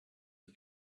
the